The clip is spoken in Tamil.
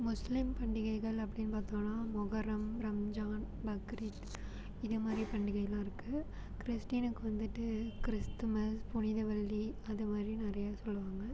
முஸ்லீம் பண்டிகைகள் அப்படின்னு பார்த்தோன்னா மொகரம் ரம்ஜான் பக்ரீத் இதே மாதிரி பண்டிகையெலாம் இருக்குது கிறிஸ்ட்டினுக்கு வந்துட்டு கிறிஸ்த்துமஸ் புனிதவெள்ளி அது மாதிரி நிறையா சொல்லுவாங்கள்